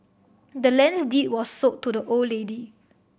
the land's deed was sold to the old lady